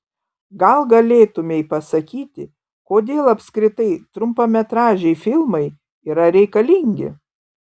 gal galėtumei pasakyti kodėl apskritai trumpametražiai filmai yra reikalingi